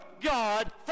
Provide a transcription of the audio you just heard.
God